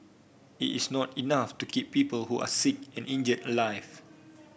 it is not enough to keep people who are sick and injured alive